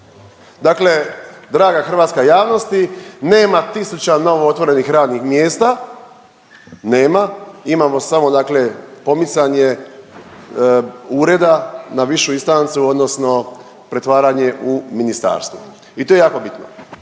Dakle, draga hrvatska javnosti nema tisuća novootvorenih radnih mjesta, nema, imamo samo dakle pomicanje ureda na višu instancu odnosno pretvaranje u ministarstvu i to je jako bitno.